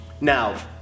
Now